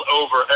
over